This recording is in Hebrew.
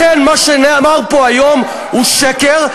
לכן, מה שנאמר פה היום הוא שקר.